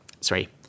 sorry